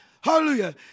hallelujah